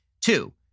Two